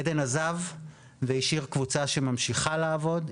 עדן עזב והשאיר קבוצה שממשיכה לעבוד,